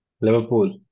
Liverpool